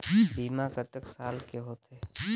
बीमा कतेक साल के होथे?